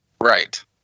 Right